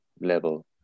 level